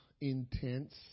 intense